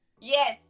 yes